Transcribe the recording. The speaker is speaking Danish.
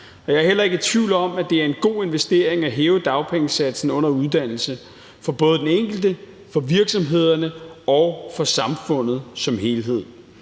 jeg er heller ikke i tvivl om, at det er en god investering at hæve dagpengesatsen under uddannelse for både den enkelte, for virksomhederne og for samfundet som helhed.